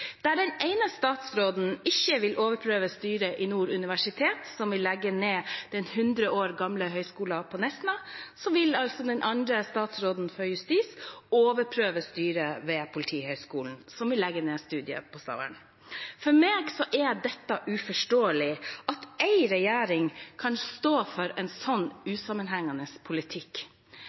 Der den ene statsråden ikke vil overprøve styret i Nord universitet, som vil legge ned den 100 år gamle høyskolen på Nesna, vil altså den andre statsråden, for justis, overprøve styret ved Politihøgskolen, som vil legge ned studiet i Stavern. For meg er det uforståelig at én regjering kan stå for en så usammenhengende politikk.